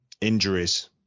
injuries